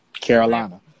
Carolina